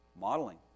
Modeling